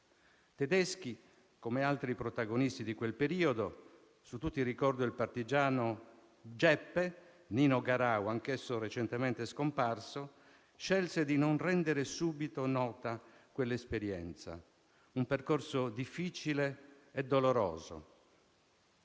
Tedeschi, come altri protagonisti di quel periodo - su tutti ricordo il partigiano "Geppe", Nino Garau, anch'esso recentemente scomparso - scelse di non rendere subito nota quell'esperienza: un percorso difficile e doloroso